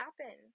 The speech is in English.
happen